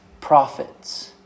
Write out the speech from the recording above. prophets